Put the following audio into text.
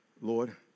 Lord